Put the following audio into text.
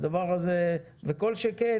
וכל שכן,